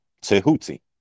Tehuti